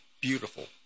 beautiful